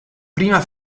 prima